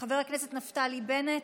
חבר הכנסת נפתלי בנט,